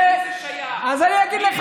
תגיד לי,